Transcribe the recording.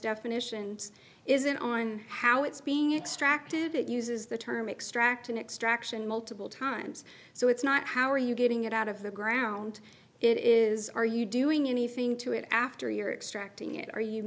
definitions isn't on how it's being extracted it uses the term extract an extraction multiple times so it's not how are you getting it out of the ground it is are you doing anything to it after your extracting it or you